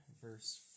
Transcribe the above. verse